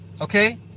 Okay